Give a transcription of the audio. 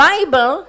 Bible